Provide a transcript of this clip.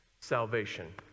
salvation